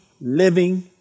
living